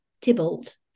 Tybalt